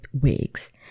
wigs